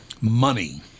money